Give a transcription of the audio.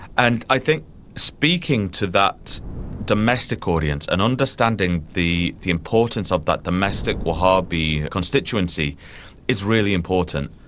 and i think speaking to that domestic audience and understanding the the importance of that domestic wahhabi constituency is really important.